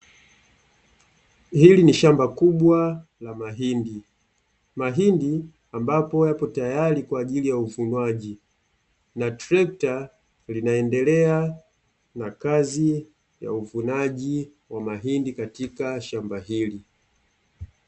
Hili ni shamba kubwa la mahindi, mahindi ambapo yapo tayari kwa ajili ya uvunwaji, na trekta linaendelea na kazi ya uvunaji wa mahindi katika shamba hili.